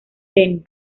tenis